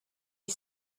you